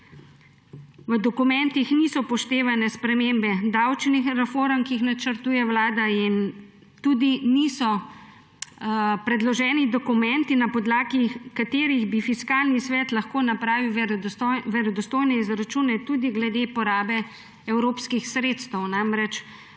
v dokumentih niso upoštevne spremembe davčnih reform, ki jih načrtuje Vlada, in tudi niso predloženi dokumenti, na podlagi katerih bi Fiskalni svet lahko napravil verodostojne izračune tudi glede porabe evropskih sredstev. Namreč